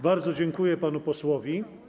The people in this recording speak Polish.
Bardzo dziękuję panu posłowi.